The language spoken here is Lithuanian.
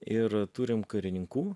ir turim karininkų